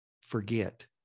forget